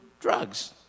drugs